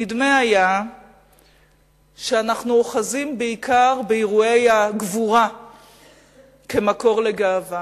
נדמה היה שאנחנו אוחזים בעיקר באירועי הגבורה כמקור לגאווה.